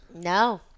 No